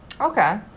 Okay